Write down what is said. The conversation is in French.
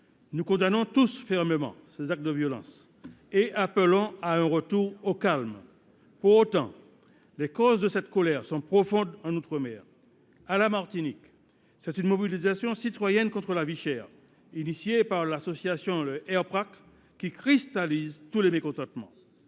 Nous condamnons tous fermement ces actes de violence et appelons à un retour au calme. Pour autant, les causes de cette colère sont profondes en outre mer. À la Martinique, c’est une mobilisation citoyenne contre la vie chère, due à l’initiative d’une association, le RPPRAC (Rassemblement